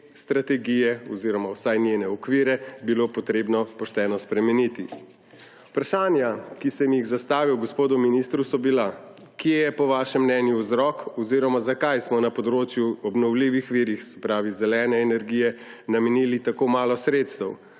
strategije oziroma vsaj njene okvire bilo potrebno pošteno spremeniti. Vprašanja, ki sem jih zastavil gospodu ministru, so bila: Kje je po vašem mnenju vzrok oziroma zakaj smo na področju obnovljivih virov, se pravi zelene energije, namenili tako malo sredstev?